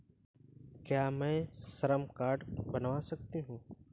क्या मैं श्रम कार्ड बनवा सकती हूँ?